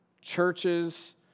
Churches